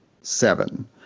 seven